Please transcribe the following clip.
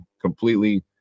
completely